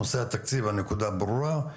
נושא התקציב הנקודה ברורה.